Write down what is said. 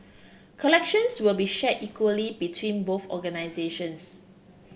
collections will be share equally between both organisations